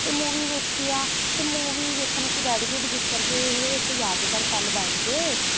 ਅਤੇ ਮੂਵੀ ਵੇਖੀ ਆ ਅਤੇ ਮੂਵੀ ਵੇਖਣ ਅਸੀਂ ਬੈਠ ਗਏ ਵੀ ਜਿਸ ਕਰਕੇ ਇਹ ਇੱਕ ਯਾਦਗਾਰ ਪਲ ਬਣਜੇ